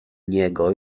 niego